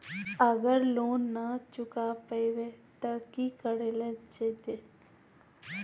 अगर लोन न चुका पैबे तो की करल जयते?